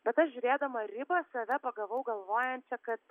bet aš žiūrėdama ribą save pagavau galvojančią kad